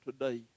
today